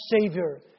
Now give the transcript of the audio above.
Savior